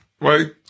right